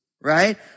right